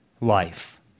life